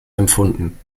empfunden